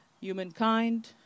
humankind